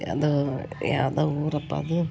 ಯಾವುದೋ ಯಾವುದೋ ಊರಪ್ಪ ಅದು